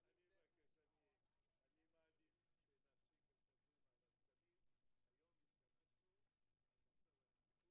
באמת קצת נמאס לי לשמוע עוד פעם את ההוא ממשרד האוצר אומר ככה,